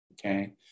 Okay